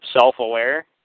self-aware